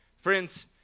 Friends